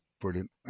brilliant